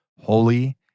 holy